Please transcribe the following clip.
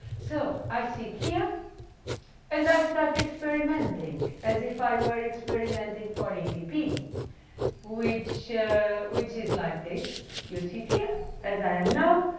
so i sit here and i start experimenting as if i were experimenting for evp which which is like this you sit here as i am now